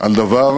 על דבר